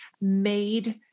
made